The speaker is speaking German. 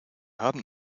haben